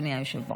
אדוני היושב-ראש.